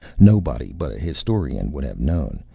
nobody but a historian would have known,